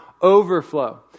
overflow